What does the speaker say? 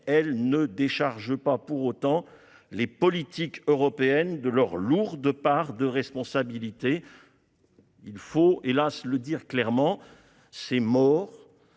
elle ne décharge pas pour autant les politiques européennes de leur lourde part de responsabilité. Il faut, hélas, le dire clairement : ces morts